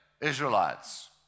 Israelites